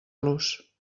los